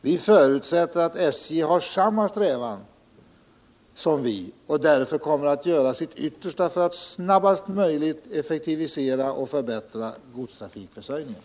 Vi förutsätter att SJ har samma strävan som vi och därför kommer att göra sitt yttersta för att snarast möjligt effektivisera och förbättra godstrafikförsörjningen.